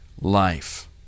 life